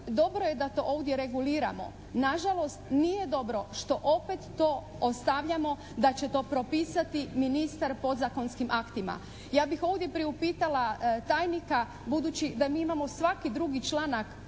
dobro je da to ovdje reguliramo. Nažalost, nije dobro što opet to ostavljamo da će to propisati ministar podzakonskim aktima. Ja bih ovdje priupitala tajnika budući da mi imamo svaki drugi članak